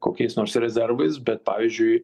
kokiais nors rezervais bet pavyzdžiui